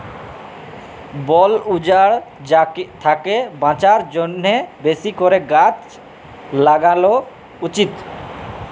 বল উজাড় থ্যাকে বাঁচার জ্যনহে বেশি ক্যরে গাহাচ ল্যাগালো উচিত